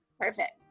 perfect